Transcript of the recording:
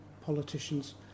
politicians